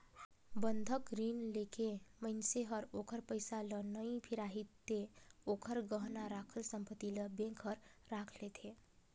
बंधक रीन लेके मइनसे हर ओखर पइसा ल नइ फिराही ते ओखर गहना राखल संपति ल बेंक हर राख लेथें